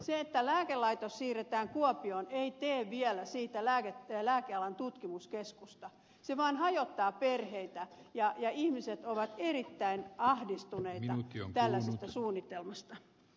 se että lääkelaitos siirretään kuopioon ei tee vielä siitä lääkealan tutkimuskeskusta se vain hajottaa perheitä ja ihmiset ovat erittäin ahdistuneita tällaisesta suunnitelmasta